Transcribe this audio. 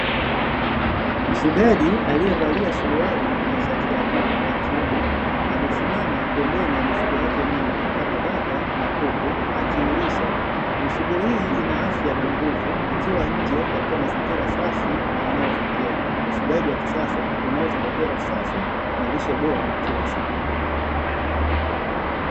Mfugaji aliyevalia suruali na shati la bluu wa kiume, amesimama pembeni ya mifugo yake mingi kama bata na kuku, akiilisha mifugo hii ina afya na nguvu ikiwa nje katika mazingira safi, na yanayovutia ufugaji wa kisasa unaozingatia usafi na lishe bora kila siku.